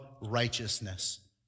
righteousness